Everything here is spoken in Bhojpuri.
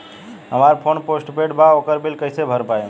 हमार फोन पोस्ट पेंड़ बा ओकर बिल कईसे भर पाएम?